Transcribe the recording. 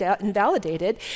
invalidated